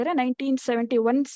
1971